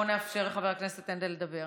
בוא נאפשר לחבר הכנסת הנדל לדבר.